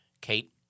Kate